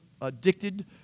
addicted